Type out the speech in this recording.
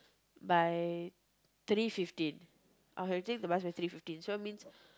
by three fifteen I can take the bus at three fifteen so means